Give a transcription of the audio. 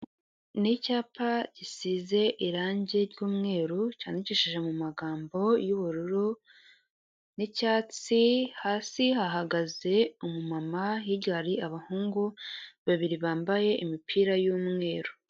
Ni icyapa gisize irange ry'umweru cyandikishije mu magambo y'ubururu n'icyatsi, hasi hahagaze umumama, hirya hari abahungu babiri bambaye imipira y'umweru.